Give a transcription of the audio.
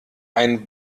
ein